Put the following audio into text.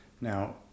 Now